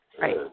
Right